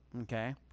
Okay